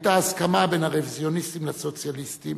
היתה הסכמה בין הרוויזיוניסטים לסוציאליסטים,